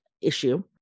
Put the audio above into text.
issue